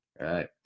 Right